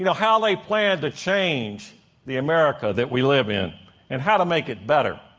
you know how they plan to change the america that we live in and how to make it better.